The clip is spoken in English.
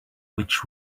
which